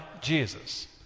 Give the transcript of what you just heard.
jesus